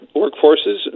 workforces